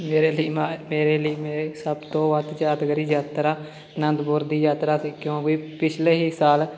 ਮੇਰੇ ਲਈ ਮਾ ਮੇਰੇ ਲਈ ਮੇਰੇ ਸਭ ਤੋਂ ਵੱਧ ਯਾਦਗਾਰੀ ਯਾਤਰਾ ਆਨੰਦਪੁਰ ਦੀ ਯਾਤਰਾ ਸੀ ਕਿਉਂਕਿ ਪਿਛਲੇ ਹੀ ਸਾਲ